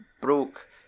broke